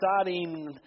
exciting